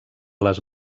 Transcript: les